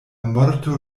morto